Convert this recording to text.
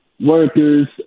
workers